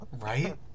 Right